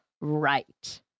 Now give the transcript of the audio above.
right